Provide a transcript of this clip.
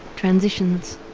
transitions.